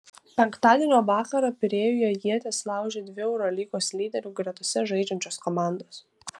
penktadienio vakarą pirėjuje ietis laužė dvi eurolygos lyderių gretose žengiančios komandos